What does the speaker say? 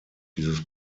dieses